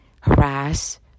harass